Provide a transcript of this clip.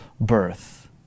birth